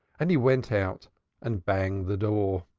and he went out and banged the door.